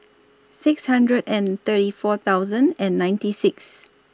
six hundred and thirty four thousand and ninety six